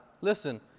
Listen